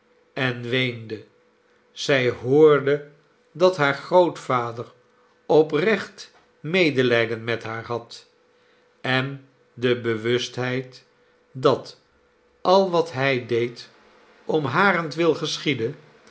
en weende zij hoorde dat haar grootvader oprecht medelijden met haar had en de bewustheid dat al wat hij deed om harentwil geschiedde